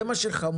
זה מה שחמור.